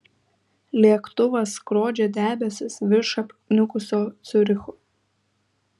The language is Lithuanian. lėktuvas skrodžia debesis virš apniukusio ciuricho